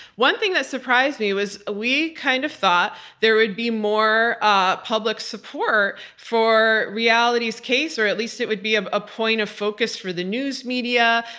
one thing that surprised me was we kind of thought there would be more ah public support for reality's case, or at least it would be a ah point of focus for the news media.